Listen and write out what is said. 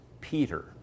Peter